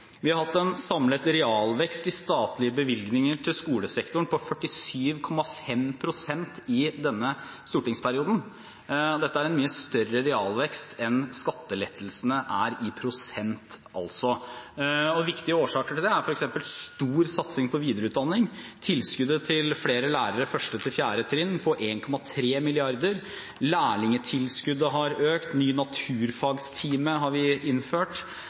Vi har hatt en samlet realvekst i statlige bevilgninger til skolesektoren på 47,5 pst. i denne stortingsperioden. Dette er en mye større realvekst enn skattelettelsene er i prosent. Viktige årsaker til det er f.eks. stor satsing på videreutdanning, tilskuddet til flere lærere på 1.–4. trinn, på 1,3 mrd. kr, lærlingtilskuddet har økt, vi har innført ny naturfagtime, osv. Så har vi